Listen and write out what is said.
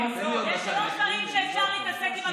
יש שלושה דברים שאפשר להתעסק עם הפיקדון,